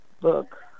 book